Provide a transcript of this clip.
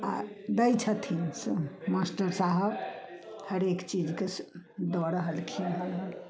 आ दै छथिन मास्टर साहब हरेक चीजके सु दऽ रहलखिन हन